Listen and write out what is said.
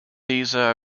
caesar